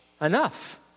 Enough